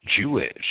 Jewish